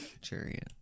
chariot